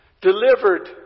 delivered